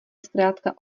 zkrátka